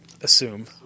assume